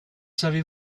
savez